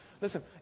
Listen